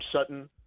Sutton